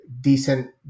decent